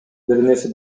беренеси